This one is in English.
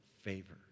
favor